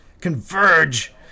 Converge